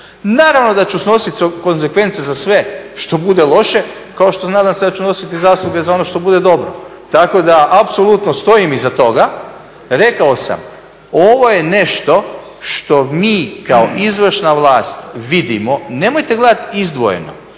Naravno da ću snositi konzekvence za sve što bude loše, kao što se nadam da ću nositi zasluge za ono što bude dobro. Tako da, apsolutno stojim iza toga. Rekao sam, ovo je nešto što mi kao izvršna vlast vidimo, nemojte gledati izdvojeno,